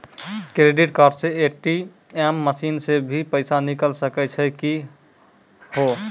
Credit card से ATM machine से भी पैसा निकल सकै छि का हो?